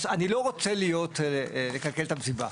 אני לא רוצה לקלקל את המסיבה,